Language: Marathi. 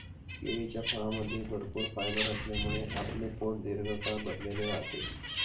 केळीच्या फळामध्ये भरपूर फायबर असल्यामुळे आपले पोट दीर्घकाळ भरलेले राहते